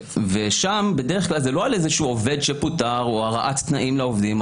ושם בדרך כלל זה לא על איזה עובד שפוטר או הרעת תנאים לעובדים.